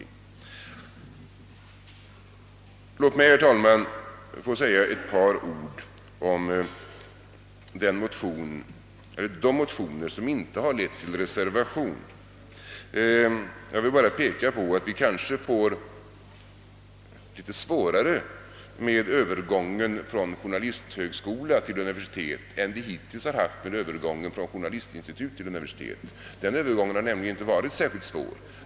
Låt mig sedan, herr talman, säga några ord också om de motioner som inte har föranlett reservationer. Vi kanske får litet svårare med övergången från journalisthögskola till universitet än vi haft hittills vid övergången från journalistinstitut till universitet. Den övergången har nämligen inte varit särskilt svår.